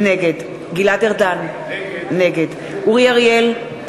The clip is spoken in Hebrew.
נגד גלעד ארדן, נגד אורי אריאל,